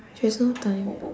there's no time